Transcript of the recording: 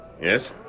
Yes